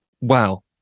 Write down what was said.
Wow